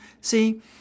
See